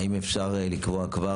האם אפשר לקבוע גם,